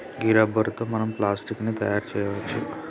గీ rubber తో మనం plastic ని తయారు చేయవచ్చు